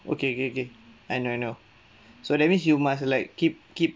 okay okay okay I know I know so that means you must like keep keep